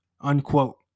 unquote